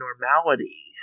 normality